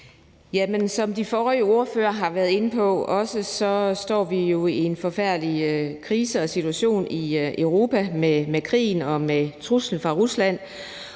Som de foregående ordførere også har været inde på, står vi jo i en forfærdelig krise og situation i Europa med krigen og med truslen fra Rusland,